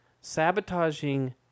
sabotaging